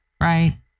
Right